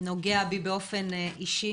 נוגע בי באופן אישי.